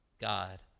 God